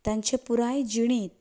तांचे पुराय जिणेंत